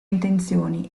intenzioni